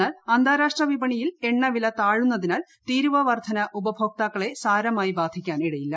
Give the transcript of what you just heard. എന്നാൽ അന്താരാഷ്ട്ര വിപണിയിൽ എണ്ണ വില താഴുന്നതിനാൽ തീരുവ വർദ്ധന ഉപഭോക്താക്കളെ സാരമായി ബാധ്യിക്കാനിടയില്ല